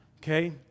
Okay